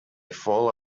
fall